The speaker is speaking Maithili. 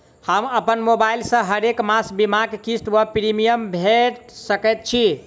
हम अप्पन मोबाइल सँ हरेक मास बीमाक किस्त वा प्रिमियम भैर सकैत छी?